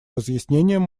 разъяснением